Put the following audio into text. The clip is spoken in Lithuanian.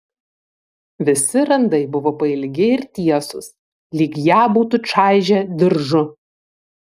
visi randai buvo pailgi ir tiesūs lyg ją būtų čaižę diržu